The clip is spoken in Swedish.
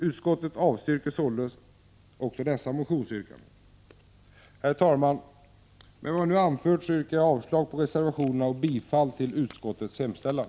Utskottet avstyrker således också dessa motionsyrkanden. Herr talman! Med vad jag nu anfört yrkar jag avslag på reservationerna och bifall till utskottets hemställan.